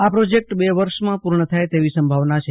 આ પ્રોજેકટ બે વર્ષમાં પૂર્ણ થાય તેવી સંભાવના છે